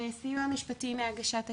סיוע משפטי מהגשת התלונה,